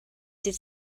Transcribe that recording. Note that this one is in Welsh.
dydd